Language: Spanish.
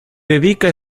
dedica